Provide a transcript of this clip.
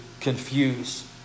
confuse